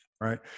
right